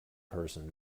person